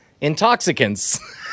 intoxicants